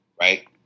right